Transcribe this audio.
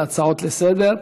בהצעות לסדר,